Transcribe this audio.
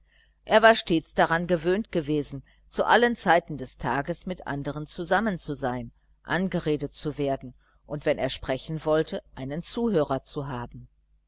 er war stets daran gewöhnt gewesen zu allen zeiten des tages mit andern zusammen zu sein angeredet zu werden und wenn er sprechen wollte einen zuhörer zu haben